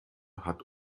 hat